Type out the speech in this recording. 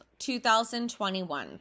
2021